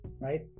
right